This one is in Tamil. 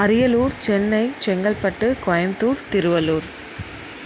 அரியலூர் சென்னை செங்கல்பட்டு கோயமுத்துர் திருவள்ளூர்